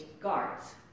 guards